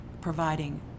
providing